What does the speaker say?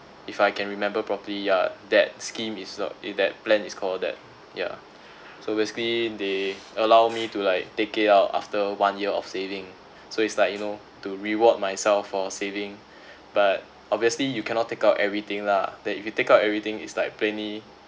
if I can remember properly yeah that scheme is sold it that plan is called that yeah so basically they allow me to like take it out after one year of saving so it's like you know to reward myself for saving but obviously you cannot take out everything lah that if you take out everything is like plainly